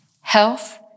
health